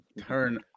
Turn